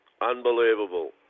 Unbelievable